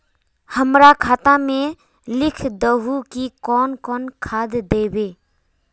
हमरा खाता में लिख दहु की कौन कौन खाद दबे?